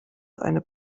eine